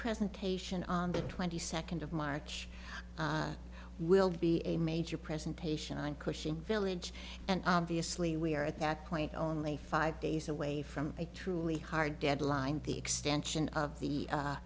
presentation on the twenty second of march will be a major presentation on cushing village and obviously we are at that point only five days away from a truly hard deadline the extension of the